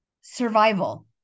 survival